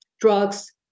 drugs